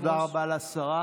תודה רבה לשרה.